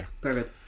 Perfect